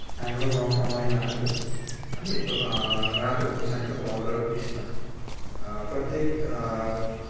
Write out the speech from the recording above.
हाम्रो गाँउका महिलाहरू रातो खुर्सानीको पाउडर पिस्न प्रत्येक